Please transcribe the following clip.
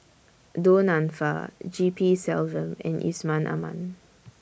Du Nanfa G P Selvam and Yusman Aman